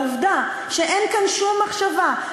העובדה שאין כאן שום מחשבה,